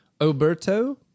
Oberto